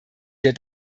wir